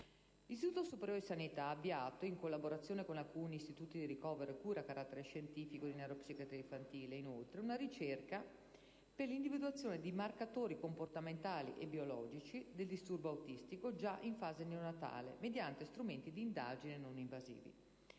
L'Istituto superiore di sanità ha avviato, in collaborazione con alcuni Istituti di ricovero e cura a carattere scientifico di neuropsichiatria infantile, una ricerca per l'individuazione di marcatori comportamentali e biologici del disturbo autistico già in fase neonatale, mediante strumenti di indagine non invasivi.